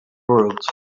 world